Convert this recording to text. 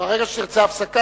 ברגע שתרצה הפסקה,